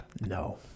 no